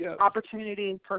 opportunity